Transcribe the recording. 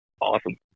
awesome